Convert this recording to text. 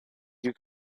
you